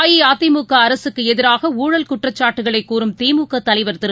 அஇஅதிமுக அரசுக்கு எதிராக ஊழல் குற்றச்சாட்டுகளை கூறும் திமுக தலைவர் திரு